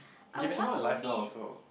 I would want to meet